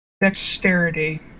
dexterity